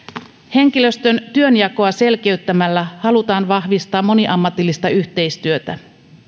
henkilöstön työnjakoa selkeyttämällä halutaan vahvistaa moniammatillista yhteistyötä